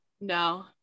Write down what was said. No